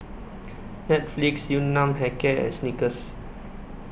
Netflix Yun Nam Hair Care and Snickers